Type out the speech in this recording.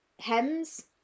Hems